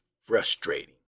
frustrating